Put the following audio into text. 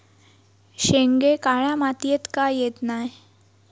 शेंगे काळ्या मातीयेत का येत नाय?